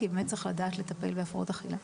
כי באמת צריך לדעת לטפל בהפרעות אכילה.